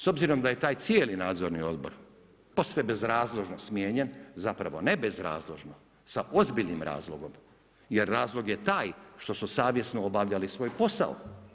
S obzirom da je taj cijeli nadzorni odbor posve bezrazložno smijenjen zapravo ne bezrazložno, sa ozbiljnim razlogom jer razlog je taj što su savjesno obavljali svoj posao.